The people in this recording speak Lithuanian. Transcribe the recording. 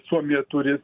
suomija turi